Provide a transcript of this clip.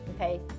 okay